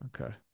Okay